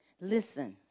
Listen